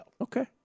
Okay